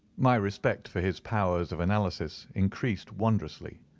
my respect for his powers of analysis increased wondrously.